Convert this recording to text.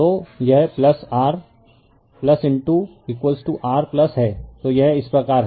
तो यह r r है तो यह इस प्रकार है